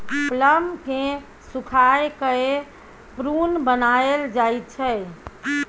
plum केँ सुखाए कए प्रुन बनाएल जाइ छै